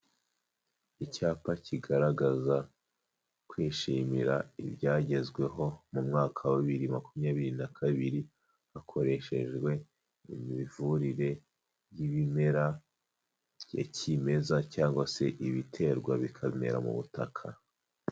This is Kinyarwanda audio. Icyapa kigaragaza kwishimira ibyagezweho mu mwaka wa bibiri makumyabiri na kabiri hakoreshejwe imivurire y'ibimera ya kimeza cyangwa se ibiterwa bikamera mu butaka.